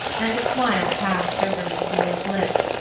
and a smile passed over miss muir's lips,